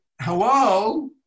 Hello